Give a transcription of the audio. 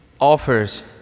offers